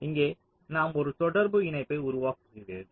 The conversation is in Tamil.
இங்கே நாம் ஒரு தொடர்பு இணைப்பை உருவாக்குகிறீர்கள்